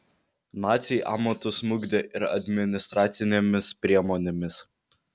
naciai amatus smukdė ir administracinėmis priemonėmis